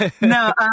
no